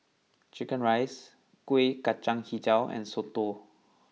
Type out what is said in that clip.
Chicken Rice Kueh Kacang HiJau and Soto